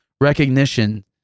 recognition